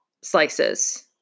slices